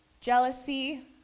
jealousy